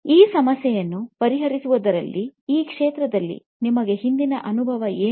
ಈ ಸಮಸ್ಯೆಯನ್ನು ಪರಿಹರಿಸುವುದರಲ್ಲಿ ಈ ಕ್ಷೇತ್ರದಲ್ಲಿ ನಿಮ್ಮ ಹಿಂದಿನ ಅನುಭವ ಏನು